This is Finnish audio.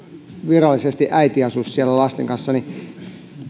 virallisesti äiti asuisi siellä lasten kanssa